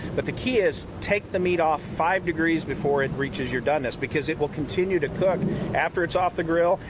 but the key is take the meat off five degrees before it reaches your doneness because it will continue to cook after it's off the grill.